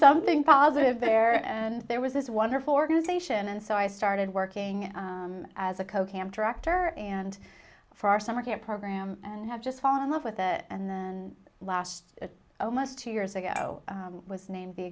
something positive there and there was this wonderful organization and so i started working as a co camp director and for our summer camp program and i've just fallen in love with that and the last almost two years ago was named the